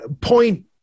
point